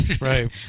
Right